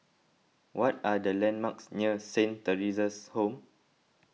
what are the landmarks near Saint theresa's Home